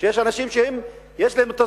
אנשים שיש להם ערכים,